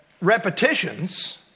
repetitions